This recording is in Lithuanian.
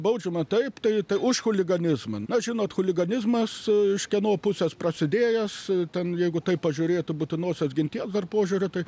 baudžiama taip tai už chuliganizmą na žinot chuliganizmas iš kieno pusės prasidėjęs ten jeigu taip pažiūrėtų būtinosios ginties požiūriu tai